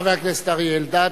חבר הכנסת אריה אלדד,